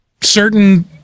certain